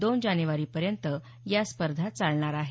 दोन जानेवारीपर्यंत या स्पर्धा चालणार आहेत